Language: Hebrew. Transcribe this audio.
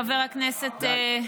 חבר הכנסת,